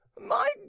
My